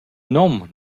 nom